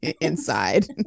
inside